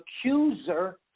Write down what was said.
accuser